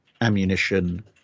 ammunition